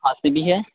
کھانسی بھی ہے